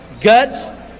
guts